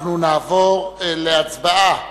אנחנו נעבור להצבעה